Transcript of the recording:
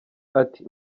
ati